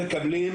הם מקבלים,